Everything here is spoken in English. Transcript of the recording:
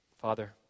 Father